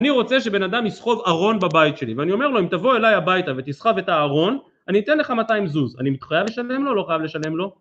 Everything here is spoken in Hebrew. אני רוצה שבן אדם יסחוב ארון בבית שלי, ואני אומר לו "אם תבוא אליי הביתה ותסחב את הארון, אני אתן לך 200 זוז". אני חייב לשלם לו, או לא חייב לשלם לו?